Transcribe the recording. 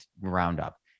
Roundup